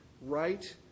right